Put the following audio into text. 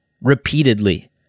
repeatedly